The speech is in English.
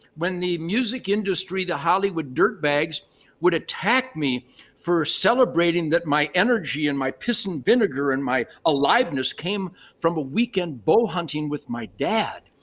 when the music industry, the hollywood dirt bags would attack me for celebrating that my energy and my pissing vinegar and my aliveness came from a weekend bow hunting with my dad.